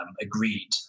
agreed